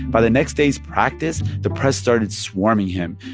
by the next day's practice, the press started swarming him.